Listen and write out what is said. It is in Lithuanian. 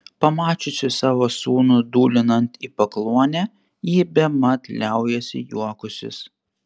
pamačiusi savo sūnų dūlinant į pakluonę ji bemat liaujasi juokusis